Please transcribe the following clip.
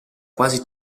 quasi